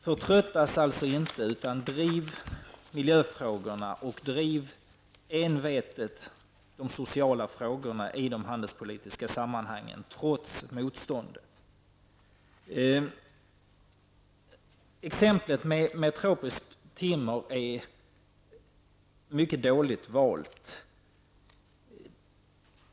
Förtröttas inte, utan driv envetet miljöfrågorna och de sociala frågorna i de handelspolitiska sammanhangen, trots motståndet. Exemplet med tropiskt timmer är mycket dåligt valt.